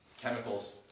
Chemicals